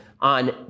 on